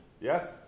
Yes